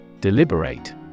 Deliberate